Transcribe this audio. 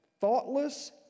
thoughtless